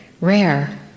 rare